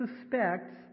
suspects